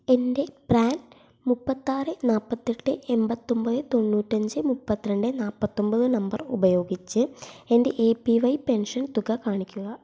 എൻ്റെ പ്രാൻ മുപ്പത്തി ആറ് നാൽപ്പത്തി എട്ട് എൺപത്തി ഒൻപത് തൊണ്ണൂറ്റി അഞ്ച് മുപ്പത്തി രണ്ട് നാൽപ്പത്തി ഒൻപത് നമ്പർ ഉപയോഗിച്ച് എൻ്റെ എ പി വൈ പെൻഷൻ തുക കാണിക്കുക